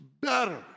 better